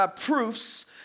proofs